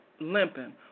limping